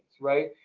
right